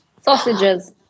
sausages